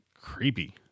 creepy